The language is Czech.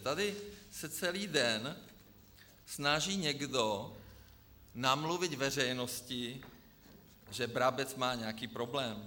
Tady celý den se snaží někdo namluvit veřejnosti, že Brabec má nějaký problém.